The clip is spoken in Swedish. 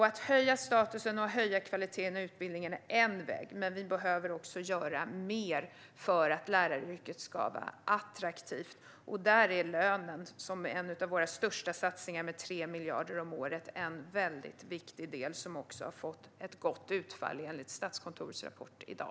Att höja statusen för och kvaliteten i utbildningen är en väg. Men vi behöver också göra mer för att läraryrket ska vara attraktivt. Där är lönen, som är en av regeringens största satsningar med 3 miljarder om året, en viktig del som också har fått ett gott utfall, enligt Statskontorets rapport i dag.